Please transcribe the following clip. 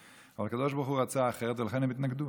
אבל הקדוש ברוך הוא רצה אחרת ולכן הם התנגדו.